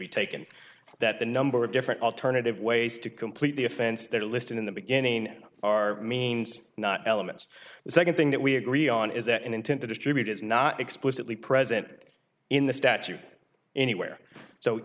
be taken that the number of different alternative ways to complete the offense that are listed in the beginning are means not elements the second thing that we agree on is that an intent to distribute is not explicitly present in the statute anywhere so